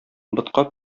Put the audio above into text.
ботка